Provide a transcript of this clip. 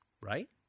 right